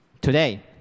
Today